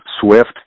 Swift